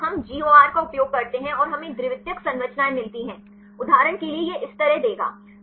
फिर हम GOR का उपयोग करते हैं और हमें द्वितीयक संरचनाएँ मिलती हैं उदाहरण के लिए यह इस तरह देगा